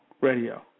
Radio